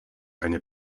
eine